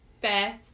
Beth